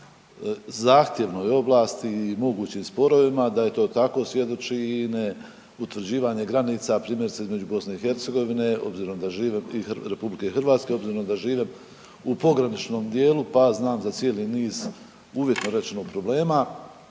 zahtjevnoj oblasti i mogućim sporovima. Da je to tako svjedoči i neutvrđivanje granica, primjerice između BiH obzirom da žive, i RH, obzirom da žive u pograničnom dijelu pa znam za cijeli niz, uvjetno rečeno, problema